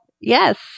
Yes